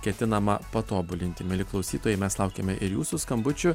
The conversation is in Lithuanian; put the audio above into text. ketinama patobulinti mieli klausytojai mes laukiame ir jūsų skambučių